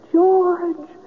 George